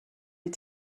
die